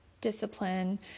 discipline